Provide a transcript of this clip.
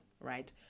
right